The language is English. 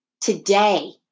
today